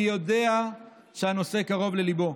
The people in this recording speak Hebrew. אני יודע שהנושא קרוב לליבו.